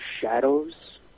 shadows